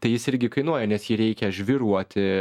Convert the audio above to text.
tai jis irgi kainuoja nes jį reikia žvyruoti